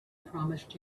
promised